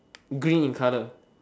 green in colour